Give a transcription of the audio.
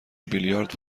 بیلیارد